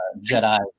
Jedi